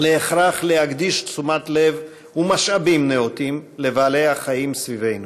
להכרח להקדיש תשומת לב ומשאבים נאותים לבעלי-החיים סביבנו.